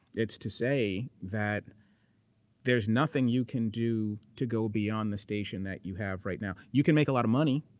it's to say that there's nothing you can do to go beyond the station that you have right now. you can make a lot of money,